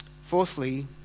Fourthly